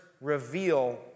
reveal